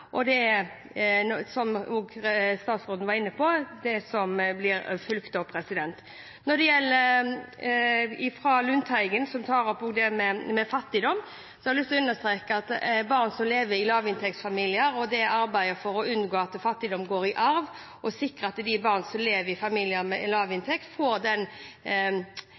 og som statsråden også var inne på, blir det fulgt opp. Når det gjelder innlegget fra Lundteigen, som tar opp fattigdom, har jeg lyst til å understreke at for barn som lever i lavinntektsfamilier, er arbeidet for å unngå at fattigdom går i arv, og sikre at barn som lever i familier med lav inntekt, får den